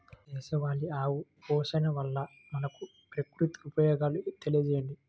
దేశవాళీ ఆవు పోషణ వల్ల మనకు, ప్రకృతికి ఉపయోగాలు తెలియచేయండి?